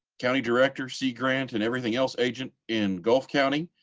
county director, sea grant and everything else agent in gulf county.